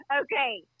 okay